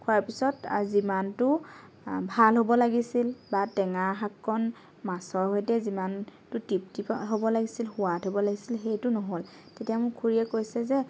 খোৱাৰ পিছত যিমানটো ভাল হ'ব লাগিছিল বা টেঙা শাককণ মাছৰ সৈতে যিমান তৃপ্তিতো হ'ব লাগিছিল সোৱাদ হ'ব লাগিছিল সেইটো নহ'ল তেতিয়া মোক খুৰীয়ে কৈছে যে